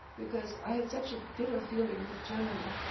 because i had such a bitter feeling with germany.